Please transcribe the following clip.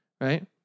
right